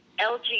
LG